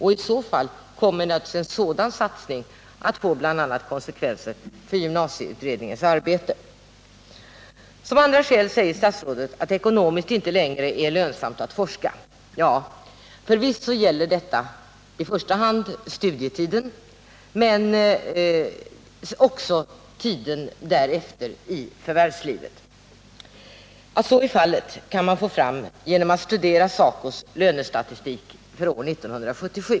I så fall kommer naturligtvis en sådan satsning bl.a. att få konsekvenser för gymnasieutredningens arbete. Som andra skäl anger statsrådet att det ekonomiskt inte längre är lönsamt att forska. Ja, förvisso gäller detta under den första studietiden, men det gäller också senare i förvärvslivet. Att så är fallet kan man komma fram till genom att studera SACO:s lönestatistik för år 1977.